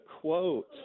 quote